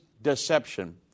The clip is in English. Deception